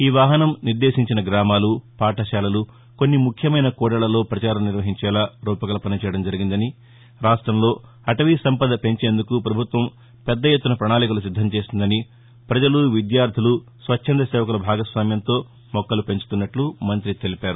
ఈ వాహనం నిర్లేశించిన గ్రామాలు పాఠశాలలు కొన్ని ముఖ్యమైన కూడళ్లలో ప్రపారం నిర్వహించేలా రూపకల్పన చేయటం జరిగిందని రాష్టంలో అటవీ సంపద పెంచేందుకు ప్రభుత్వం పెద్ద ఎత్తున ప్రణాళికలు సిద్దం చేసిందని ప్రజలు విద్యార్దులు స్వచ్ఛంద సేవలకు భాగస్వామ్యంతో మొక్కలు పెంచుతున్నట్లు మం్తి తెలిపారు